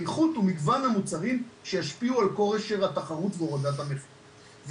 האיכות ומגוון המוצרים אשר ישפיעו על --- התחרות והורדת המחירים..".